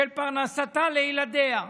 על פרנסתה לילדיה.